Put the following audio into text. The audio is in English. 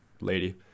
lady